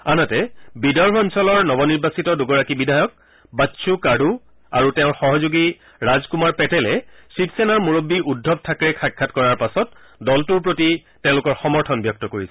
আনহাতে বিদৰ্ভ অঞ্চলৰ নৱনিৰ্বাচিত দুগৰাকী বিধায়ক বাচ্চৃ কাড় আৰু তেওঁৰ সহযোগী ৰাজকুমাৰ পেটেলে শিৱসেনাৰ মুৰববী উদ্ধৱ থাকৰেক সাক্ষাৎ কৰাৰ পাছতে দলটোৰ প্ৰতি তেওঁলোকৰ সমৰ্থন ব্যক্ত কৰিছে